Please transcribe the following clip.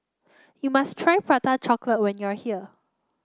you must try Prata Chocolate when you are here